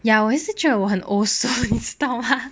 ya 我也是觉得我很 old so 你知道吗